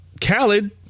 Khaled